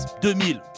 2000